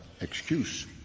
excuse